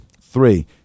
Three